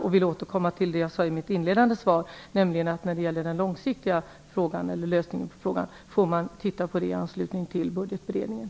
Jag vill återkomma till det jag sade i mitt inledande svar, nämligen att man får titta på den långsiktiga lösningen på frågan i anslutning till budgetberedningen.